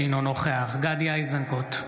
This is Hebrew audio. אינו נוכח גדי איזנקוט,